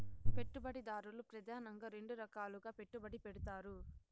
పెట్టుబడిదారులు ప్రెదానంగా రెండు రకాలుగా పెట్టుబడి పెడతారు